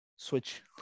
Switch